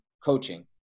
coaching